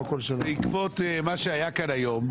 בעקבות מה שהיה כאן היום,